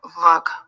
look